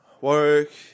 work